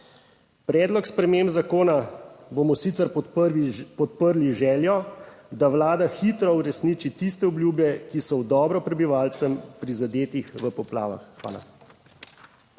Predlog sprememb zakona bomo sicer podprli, z željo, da Vlada hitro uresniči tiste obljube, ki so v dobro prebivalcev, prizadetih v poplavah. Hvala.